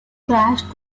crashed